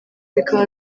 bikaba